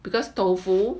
because tofu